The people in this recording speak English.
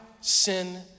sin